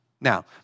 Now